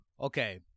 Okay